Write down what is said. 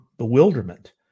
Bewilderment